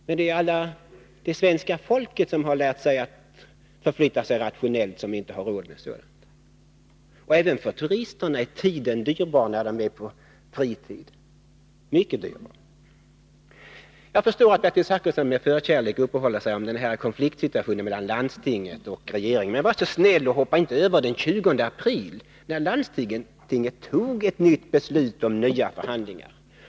Men det är svenska folket, som har lärt sig att förflytta sig rationellt, som inte har råd med sådant. Även för turisterna är tiden mycket dyrbar när det gäller deras fritid. Jag förstår att Bertil Zachrisson med förkärlek uppehåller sig vid konfliktsituationen mellan landstinget och regeringen, men var så snäll och hoppa inte över den 20 april, då landstinget tog ett beslut om nya förhandlingar!